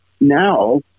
now